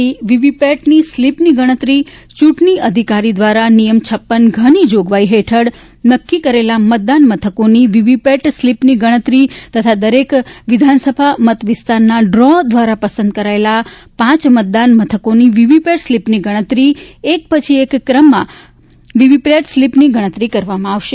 મતગણતરી વીવીપેટની સ્લીપની ગણતરી ચૂંટણી અધિકારી દ્વારા નિયમ પદ્દ ઘ ની જોગવાઇ હેઠળ નક્કી કરેલ મતદાન મથકોની વીવીપેટ સ્લીપની ગજ઼તરી તથા દરેક વિધાનસભા મત વિસ્તારના ડ્રો દ્વારા પસંદ કરેલા પાંચ મતદાન મથકોના વીવીપેટ સ્લીપની ગણતરી એક ક્રમમાં એક પછી એક વીવીપેટની સ્લીપની ગણતરી કરવામાં આવશે